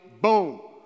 Boom